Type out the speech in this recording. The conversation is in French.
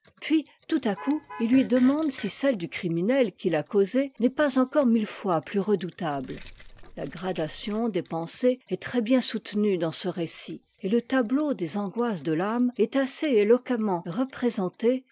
puis tout à coup il lui demande si celle du criminel qui l'a causée n'est pas encore mille fois plus redoutable la gradation des pensées est très-bien soutenue dans ce récit et le tableau des angoisses de t'âme est assez éloquemment représenté